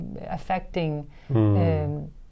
affecting